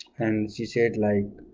and she said like